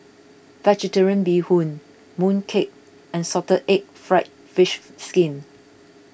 Vegetarian Bee Hoon Mooncake and Salted Egg Fried Fish Skin